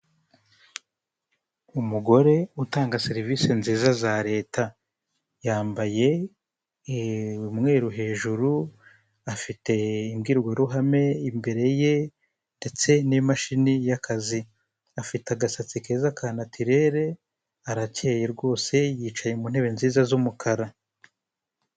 Umugore utanga serivisi nziza za leta yambaye umweru hejuru afite imbwirwaruhame imbere ye ndetse n'imashini y'akazi, afite agasatsi keza ka natirere, arakeyeye rwose yicaye mu ntebe nziza z'umukara.